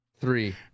three